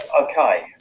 Okay